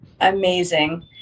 Amazing